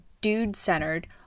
dude-centered